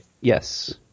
yes